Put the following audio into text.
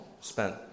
spent